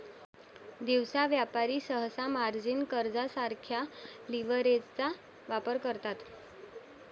दिवसा व्यापारी सहसा मार्जिन कर्जासारख्या लीव्हरेजचा वापर करतात